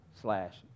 slash